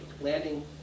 landing